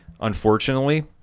unfortunately